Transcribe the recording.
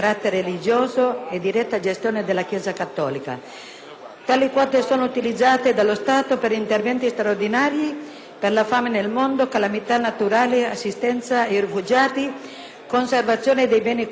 Tali quote sono utilizzate dallo Stato per interventi straordinari per la fame nel mondo, calamità naturali, assistenza ai rifugiati, conservazione di beni culturali e alla promozione della cultura e della lingua italiana nel mondo.